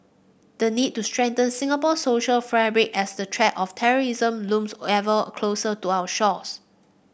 the need to strengthen Singapore's social fabric as the threat of terrorism looms ever closer to our shores